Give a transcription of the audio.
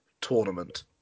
tournament